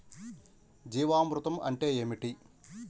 జీవామృతం అంటే ఏమిటి?